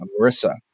Marissa